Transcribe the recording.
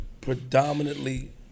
predominantly